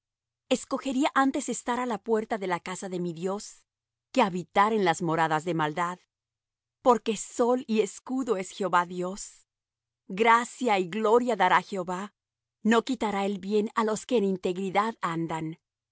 escogería antes estar á la puerta de la casa de mi dios que habitar en las moradas de maldad porque sol y escudo es jehová dios gracia y gloria dará jehová no quitará el bien á los que en integridad andan